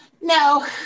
No